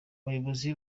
abayobozi